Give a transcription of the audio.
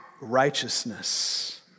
righteousness